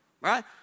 Right